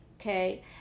okay